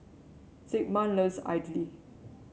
Zigmund loves idly